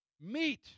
meat